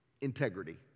integrity